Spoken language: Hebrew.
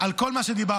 על כל מה שדיברנו.